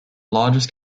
largest